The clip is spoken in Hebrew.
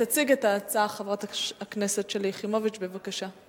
תציג את ההצעה חברת הכנסת שלי יחימוביץ, בבקשה.